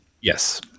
Yes